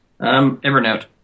Evernote